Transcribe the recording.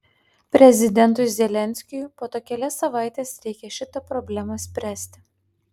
prezidentui zelenskiui po to kelias savaites reikia šitą problemą spręsti